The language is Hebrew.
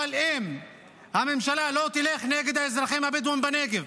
אבל אם הממשלה לא תלך נגד האזרחים הבדואים בנגב,